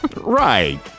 Right